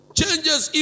changes